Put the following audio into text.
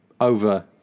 over